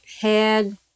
head